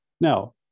Now